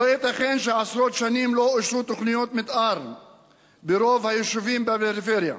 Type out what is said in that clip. לא ייתכן שעשרות שנים לא אושרו תוכניות מיתאר ברוב היישובים בפריפריה,